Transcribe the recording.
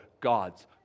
God's